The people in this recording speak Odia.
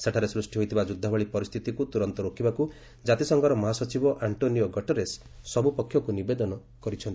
ସେଠାରେ ସୃଷ୍ଟି ହୋଇଥିବା ଯୁଦ୍ଧ ଭଳି ପରିସ୍ଥିତିକୁ ତୁରନ୍ତ ରୋକିବାକୁ ଜାତିସଂଘର ମହାସଚିବ ଆଣ୍ଟ୍ରୋନିଓ ଗଟରେସ୍ ସବୁ ପକ୍ଷକୁ ନିବେଦନ କରିଛନ୍ତି